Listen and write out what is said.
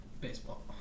Baseball